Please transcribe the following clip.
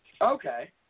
Okay